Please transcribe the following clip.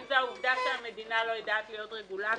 אם זאת העובדה שהמדינה לא יודעת להיות רגולטור,